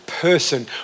person